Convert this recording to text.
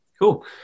Cool